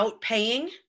paying